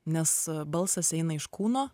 nes balsas eina iš kūno